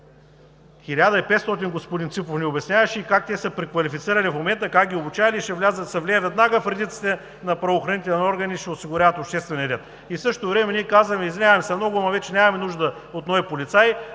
господин Ципов, и ни обясняваше и как те са се преквалифицирали в момента, как ги обучавали, и ще се влеят веднага в редиците на правоохранителните органи и ще осигуряват обществения ред. И в същото време ние казваме: извиняваме се много, ама вече нямаме нужда от нови полицаи,